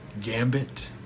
Gambit